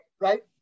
right